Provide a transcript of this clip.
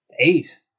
Eight